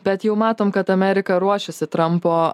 bet jau matom kad amerika ruošiasi trampo